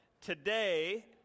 Today